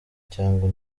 cyangwa